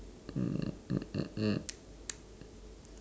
mm mm mm mm